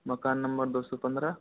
मकान नंबर दो सौ पंद्रह